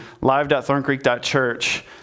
Live.thorncreek.church